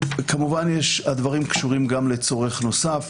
כמובן שהדברים קשורים גם לצורך נוסף